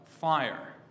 fire